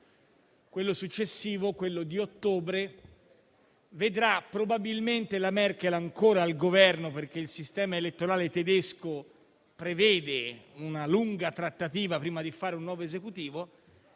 quello successivo, di ottobre, la vedrà probabilmente ancora al Governo, perché il sistema elettorale tedesco prevede una lunga trattativa prima che si formi un nuovo Esecutivo,